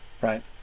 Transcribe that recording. right